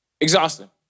exhausting